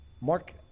Mark